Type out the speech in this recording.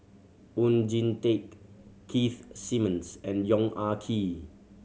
Oon Jin Teik Keith Simmons and Yong Ah Kee